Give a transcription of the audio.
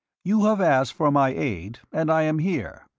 you have asked for my aid, and i am here.